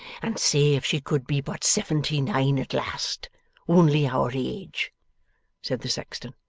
and say if she could be but seventy-nine at last only our age said the sexton.